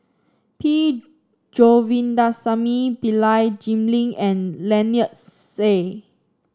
P Govindasamy Pillai Jim Lim and Lynnette Seah